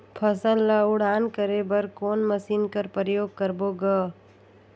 फसल ल उड़ान करे बर कोन मशीन कर प्रयोग करबो ग?